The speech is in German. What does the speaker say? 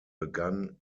begann